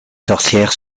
sorcières